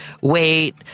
wait